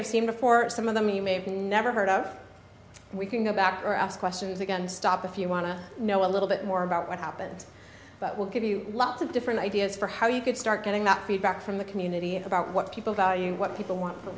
have seen before some of them you may have never heard of we can go back or ask questions again stop if you want to know a little bit more about what happened that will give you lots of different ideas for how you could start getting that feedback from the community about what people value what people want